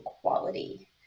quality